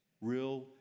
Real